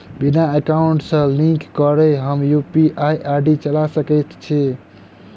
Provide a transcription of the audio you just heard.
बिना एकाउंट सँ लिंक करौने हम यु.पी.आई चला सकैत छी?